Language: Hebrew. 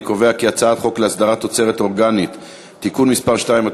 אני קובע כי הצעת חוק להסדרת תוצרת אורגנית (תיקון מס' 2),